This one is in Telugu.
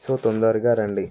సో తొందరగా రండి